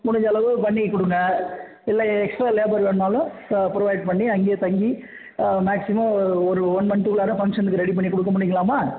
முடிஞ்ச அளவு பண்ணி கொடுங்க இல்லை எக்ஸ்ட்ரா லேபர் வேண்ணாலும் ப்ரொவைட் பண்ணி அங்கையே தங்கி மேக்ஸிமம் ஒரு ஒன் மன்த்து குள்ளரா ஃபங்ஷனுக்கு ரெடி பண்ணி கொடுக்க முடிங்களாம்மா